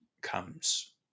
comes